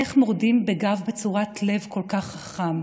איך מורדים בגב בצורת לב כל כך חכם?